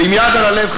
ועם יד על הלב,